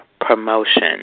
promotion